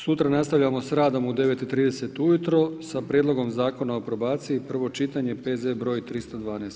Sutra nastavljamo s radom u 09,30 ujutro sa Prijedlogom Zakona o probaciji, prvo čitanje, P.Z. broj 312.